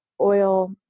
oil